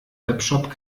webshop